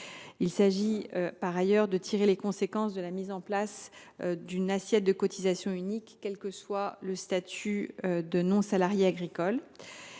Il s’agit en outre de tirer les conséquences de la mise en place d’une assiette de cotisations unique, quel que soit le statut de non salarié agricole.